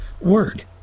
word